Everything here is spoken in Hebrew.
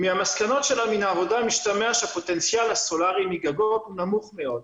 מהמסקנות שלה מהעבודה משתמע שהפוטנציאל הסולרי מגגות הוא נמוך מאוד,